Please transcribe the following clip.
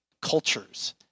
cultures